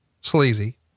sleazy